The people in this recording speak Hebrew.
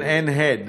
אין הד.